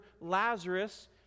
Lazarus